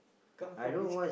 come from which